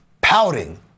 pouting